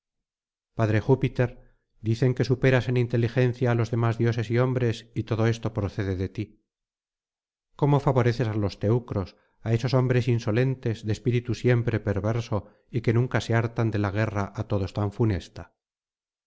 padre júpiter dicen que superas en inteligencia á los demás dioses y hombres y todo esto procede de ti cómo favoreces á los teucros á esos hombres insolentes de espíritu siempre perverso y que nunca se hartan de la guerra á todos tan funesta